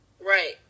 right